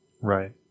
Right